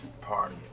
party